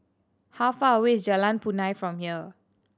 how far away is Jalan Punai from here